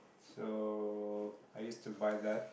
so I used to buy that